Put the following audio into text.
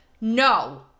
No